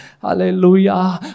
Hallelujah